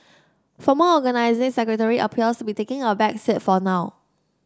former Organising Secretary appears taking a back seat for now